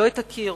לא את אקירוב,